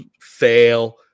fail